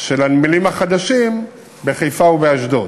של הנמלים החדשים בחיפה ובאשדוד.